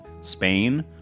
Spain